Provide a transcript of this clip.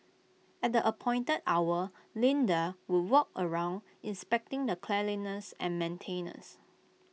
at the appointed hour Linda would walk around inspecting the cleanliness and maintenance